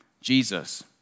Jesus